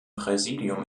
präsidium